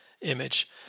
image